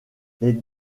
les